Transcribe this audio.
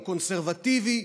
הוא קונסרבטיבי,